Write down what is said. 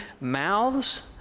mouths